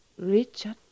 Richard